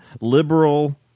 liberal